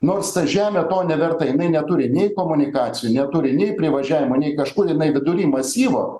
nors ta žemė to neverta jinai neturi nei komunikacijų neturi nei privažiavimo nei kažkur jinai vidury masyvo